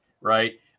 right